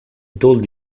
told